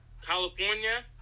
California